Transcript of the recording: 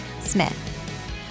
Smith